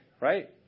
right